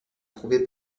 trouvé